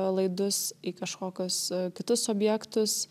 laidus į kažkokius kitus objektus